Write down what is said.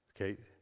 Okay